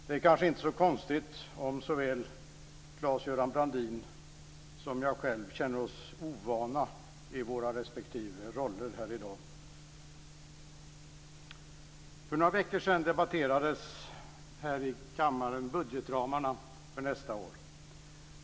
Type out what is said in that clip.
Det är kanske inte så konstigt om såväl Claes-Göran Brandin som jag själv känner oss ovana i våra respektive roller här i dag. För några veckor sedan debatterades här i kammaren budgetramarna för nästa år.